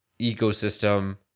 ecosystem